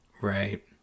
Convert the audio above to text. Right